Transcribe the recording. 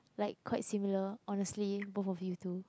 like quite similar honestly both of you two